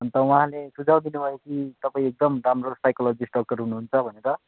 अन्त उहाँले सुझाउ दिनुभयो कि तपाईँ एकदम राम्रो साइकोलोजिस्ट डक्टर हुनुहुन्छ भनेर